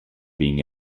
being